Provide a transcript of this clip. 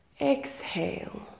Exhale